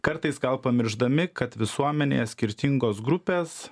kartais gal pamiršdami kad visuomenėje skirtingos grupės